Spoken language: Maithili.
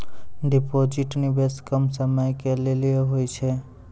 डिपॉजिट निवेश कम समय के लेली होय छै?